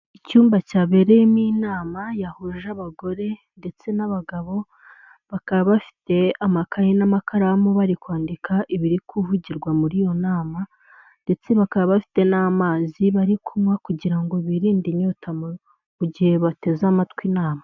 Icyumba cyabereyemo inama yahuje abagore ndetse n'abagabo bakaba bafite amakaye n'amakaramu bari kwandika ibiri kuvugirwa muri iyo nama, ndetse bakaba bafite n'amazi bari kunywa kugira ngo birinde inyota mu gihe bateze amatwi inama.